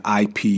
IP